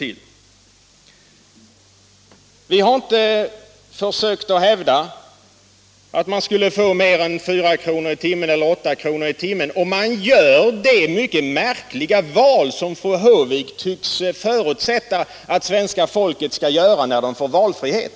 Vi har heller inte försökt hävda att man skulle få mer än 8 kr., 4 kr. i timmen, om man gör det mycket märkliga val som fru Håvik tycks förutsätta att svenska folket kommer att göra när det får valfrihet.